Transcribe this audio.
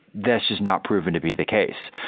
that's just not proven to be the case.